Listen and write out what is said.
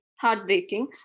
heartbreaking